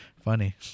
funny